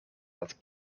dat